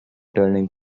turning